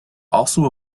also